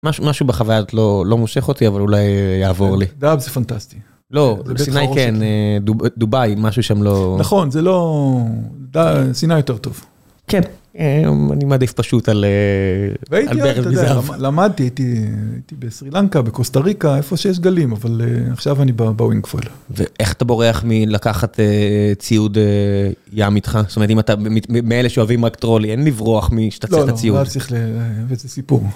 משהו, משהו בחווייה הזאת לא... לא מושך אותי, אבל אולי אה... יעבור לי. דהב זה פנטסטי. לא, סיני כן, דובאי, משהו שם לא... נכון, זה לא... דה... סיני יותר טוב. כן, אני מעדיף פשוט על... למדתי, הייתי בסרילנקה, בקוסטה ריקה, איפה שיש גלים, אבל עכשיו אני בווינגפל. ואיך אתה בורח מלקחת ציוד ים איתך? זאת אומרת, אם אתה מאלה שאוהבים רק טרולי, אין לברוח מ...שאתה את הציוד. לא, לא, וזה סיפור.